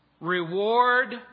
Reward